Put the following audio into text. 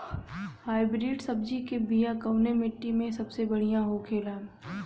Hybrid सब्जी के बिया कवने मिट्टी में सबसे बढ़ियां होखे ला?